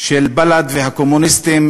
של בל"ד והקומוניסטים,